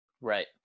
right